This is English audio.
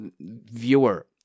viewer